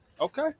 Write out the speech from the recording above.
Okay